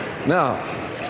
Now